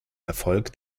erfolg